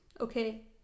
Okay